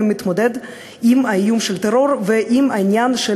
היום מתמודד עם איום הטרור ועם העניין של